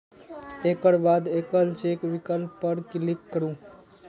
एकर बाद एकल चेक विकल्प पर क्लिक करू